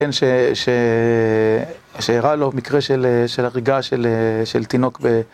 שאירע לו מקרה של הריגה של תינוק